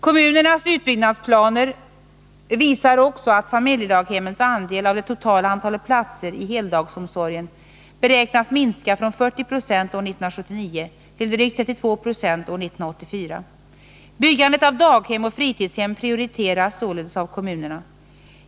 Kommunernas utbyggnadsplaner visar också att familjedaghemmens andel av det totala antalet platser i heldagsomsorgen beräknas minska från 40 90 år 1979 till drygt 32 96 år 1984. Byggandet av daghem och fritidshem prioriteras således av kommunerna.